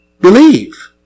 Believe